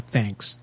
Thanks